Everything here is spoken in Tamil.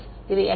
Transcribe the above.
இது x